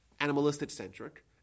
animalistic-centric